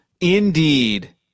indeed